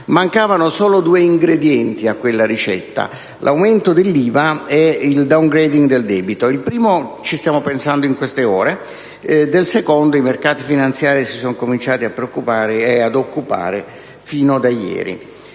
Mancavano solo due ingredienti a quella ricetta: l'aumento dell'IVA e il *downgrating* del debito. Al primo ci stiamo pensando in queste ore. Del secondo i mercati finanziari si sono cominciati a preoccupare e ad occupare fin da ieri.